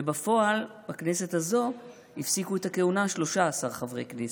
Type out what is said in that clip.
ובפועל בכנסת הזו הפסיקו את הכהונה 13 חברי כנסת.